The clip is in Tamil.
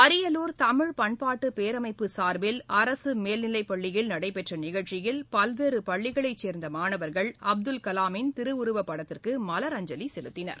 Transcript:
அரியலூர் தமிழ் பண்பாட்டு பேரமைப்பு சார்பில் அரசு மேல்நிலைப்பள்ளியில் நடைபெற்ற நிகழ்ச்சியில் பல்வேறு பள்ளிகளைச் சேர்ந்த மாணவர்கள் அப்துல்கலாமின் திருவுருவ படத்திற்கு மலர் அஞ்சலி செலுத்தினர்